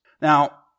Now